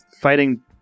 fighting